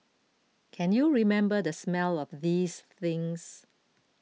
can you remember the smell of these things